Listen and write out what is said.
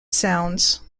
sounds